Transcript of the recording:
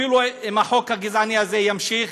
אפילו אם החוק הגזעני הזה יימשך,